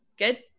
Good